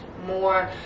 More